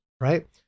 right